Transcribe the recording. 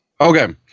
okay